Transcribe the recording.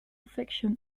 fiction